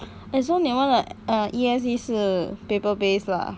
and so 你们的 E essay 是 paper base lah